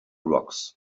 rocks